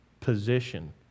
position